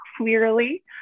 clearly